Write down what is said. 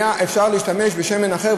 היה אפשר להשתמש בשמן אחר,